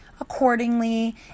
accordingly